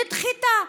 נדחתה.